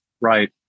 Right